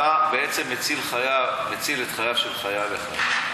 אתה בעצם מציל את חייו של חייל אחד,